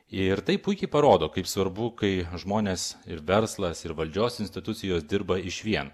ir tai puikiai parodo kaip svarbu kai žmonės ir verslas ir valdžios institucijos dirba išvien